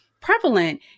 prevalent